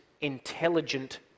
intelligent